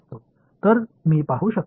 எனவே நான் பார்க்க முடியும்